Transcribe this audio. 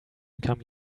come